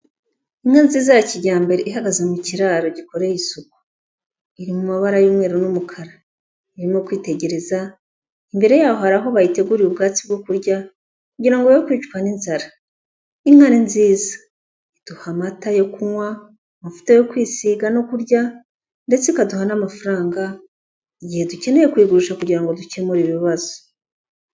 Inka nziza ya kijyambere ihagaze mu kiraro gikoreye isuku, iri mu mabara y'umweru n'umukara, irimo kwitegereza, imbere yaho hari aho bayitegurira ubwatsi bwo kurya, kugira ngo yoye kwicwa n'inzara, inka ni nziza, iduha amata yo kunywa, amavuta yo kwisiga no kurya, ndetse ikaduha n'amafaranga igihe dukeneye kuyigurisha kugira ngo dukemure ibibazo.